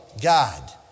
God